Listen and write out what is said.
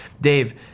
Dave